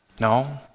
No